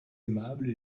aimable